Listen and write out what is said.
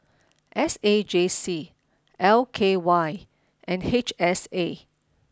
S A J C L K Y and H S A